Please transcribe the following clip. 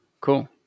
cool